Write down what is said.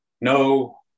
no